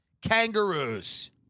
kangaroos